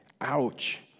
Ouch